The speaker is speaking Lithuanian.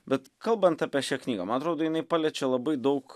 bet kalbant apie šią knygą man atrodo jinai paliečia labai daug